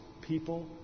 people